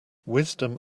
wisdom